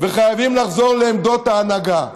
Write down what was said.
וחייבים לחזור לעמדות ההנהגה.